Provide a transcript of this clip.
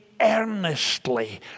earnestly